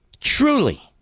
truly